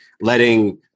letting